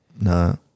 No